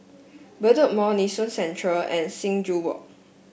Bedok Mall Nee Soon Central and Sing Joo Walk